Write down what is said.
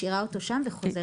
משאירה אותו שם וחוזרת.